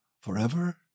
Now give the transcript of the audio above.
forever